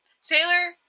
Sailor